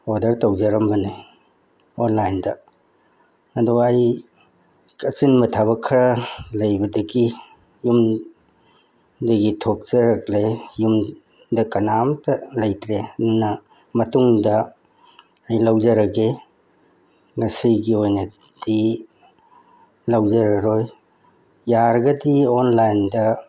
order ꯇꯧꯖꯔꯝꯕꯅꯤ ꯑꯣꯟꯂꯥꯏꯟꯗ ꯑꯗꯨꯒ ꯑꯩ ꯑꯆꯤꯟꯕ ꯊꯕꯛ ꯈꯔ ꯂꯩꯕꯗꯒꯤ ꯌꯨꯝꯗꯒꯤ ꯊꯣꯛꯆꯔꯛꯂꯦ ꯌꯨꯝꯗ ꯀꯅꯥꯝꯇ ꯂꯩꯇ꯭ꯔꯦ ꯑꯗꯨꯅ ꯃꯇꯨꯡꯗ ꯑꯩ ꯂꯧꯖꯔꯒꯦ ꯉꯁꯤꯒꯤ ꯑꯣꯏꯅꯗꯤ ꯂꯧꯖꯔꯔꯣꯏ ꯌꯥꯔꯒꯗꯤ ꯑꯣꯟꯂꯥꯏꯟꯗ